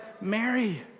Mary